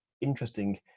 interesting